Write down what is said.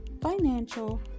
financial